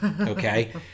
okay